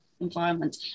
environment